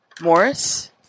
Morris